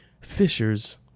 fishers